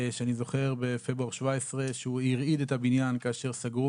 אני זוכר בפברואר 2017 שהוא הרעיד את הבניין כאשר סגרו